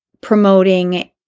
promoting